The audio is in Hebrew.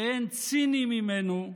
שאין ציני ממנו,